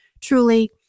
Truly